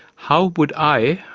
how would i,